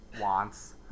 wants